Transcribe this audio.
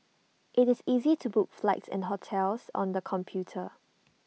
IT is easy to book flights and hotels on the computer